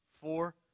Four